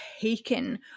taken